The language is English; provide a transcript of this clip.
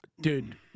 Dude